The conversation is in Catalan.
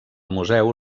museu